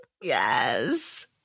Yes